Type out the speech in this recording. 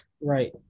right